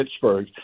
Pittsburgh